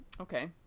Okay